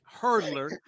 hurdler